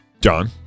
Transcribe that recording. John